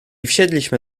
wsiedliśmy